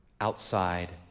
outside